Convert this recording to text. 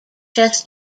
chess